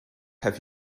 have